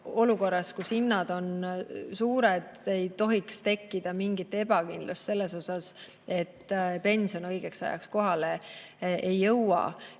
olukorras, kus hinnad on kõrged, ei tohiks tekkida mingit ebakindlust selles suhtes, et pension õigeks ajaks kohale ei jõua.